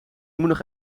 nog